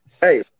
Hey